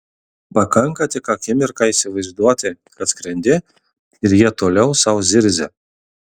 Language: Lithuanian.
pakanka tik akimirką įsivaizduoti kad skrendi ir jie toliau sau zirzia